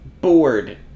bored